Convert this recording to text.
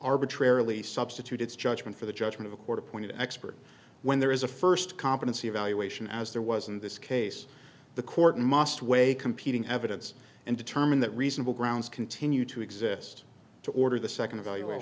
arbitrarily substitute its judgment for the judgment of a court appointed expert when there is a first competency evaluation as there was in this case the court must weigh competing evidence and determine that reasonable grounds continue to exist to order the second evalu